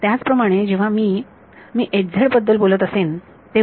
त्याचप्रमाणे जेव्हा मी मी बद्दल बोलत असेल तेव्हा